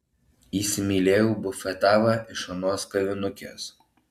įsimylėjau bufetavą iš anos kavinukės